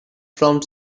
prompt